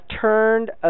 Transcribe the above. turned